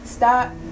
Stop